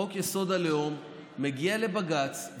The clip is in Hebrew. חוק-יסוד: הלאום מגיע לבג"ץ,